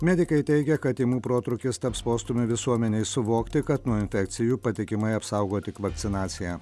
medikai teigia kad tymų protrūkis taps postūmiu visuomenei suvokti kad nuo infekcijų patikimai apsaugo tik vakcinacija